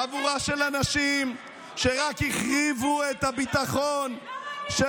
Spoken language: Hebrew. חבורה של אנשים שרק החריבו את הביטחון של